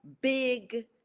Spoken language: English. big